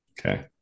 Okay